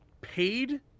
paid